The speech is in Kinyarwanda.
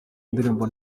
ndirimbo